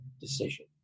decision